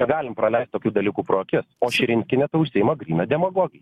negalim praleist tokių dalykų pro akis o širinskienė tai užsiima gryna demagogija